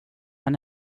han